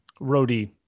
roadie